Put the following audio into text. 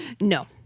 No